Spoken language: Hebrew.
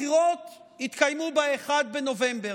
הבחירות התקיימו ב-1 בנובמבר.